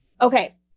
okay